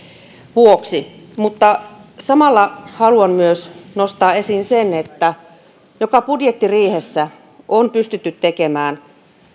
vuoksi samalla haluan nostaa esiin myös sen että jokaisessa budjettiriihessä on pystytty tekemään